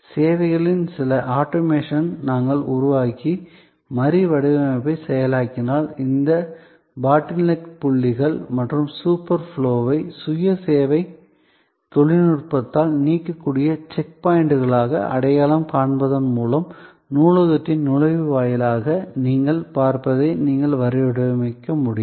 சேவைகளின் சில ஆட்டோமேஷனை நாங்கள் உருவாக்கி மறுவடிவமைப்பைச் செயலாக்கினால் இந்தச் பாட்டில்நெக் புள்ளிகள் மற்றும் சூப்பர் ஃப்ளோவை சுய சேவை தொழில்நுட்பத்தால் நீக்கக்கூடிய செக் பாயிண்டுகளாக அடையாளம் காண்பதன் மூலம் நூலகத்தின் நுழைவு லாபியாக நீங்கள் பார்ப்பதை நீங்கள் மறுவடிவமைப்பு செய்யலாம்